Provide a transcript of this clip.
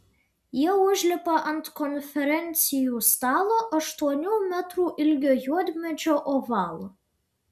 jie užlipa ant konferencijų stalo aštuonių metrų ilgio juodmedžio ovalo